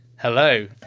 Hello